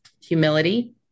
humility